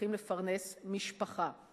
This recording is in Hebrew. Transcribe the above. וצריכים לפרנס משפחה.